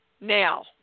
Now